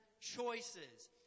choices